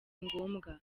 ngombwa